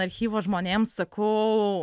archyvo žmonėm sakau